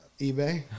ebay